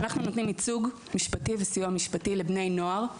אנחנו נותנים ייצוג וסיוע משפטי לבני נוער.